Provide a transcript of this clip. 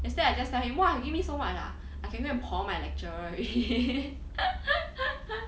yesterday I just tell him !wah! you give me so much ah I can go and my lecturer already